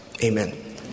amen